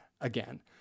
again